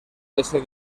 este